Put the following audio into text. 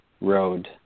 road